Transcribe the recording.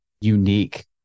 unique